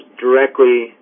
directly